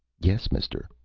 yes, mister.